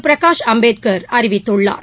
பிரகாஷ் அம்பேத்கர் அறிவித்துள்ளார்